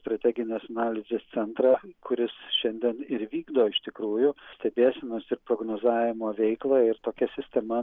strateginės analizės centrą kuris šiandien ir vykdo iš tikrųjų stebėsenos ir prognozavimo veiklą ir tokia sistema